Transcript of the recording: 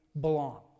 belong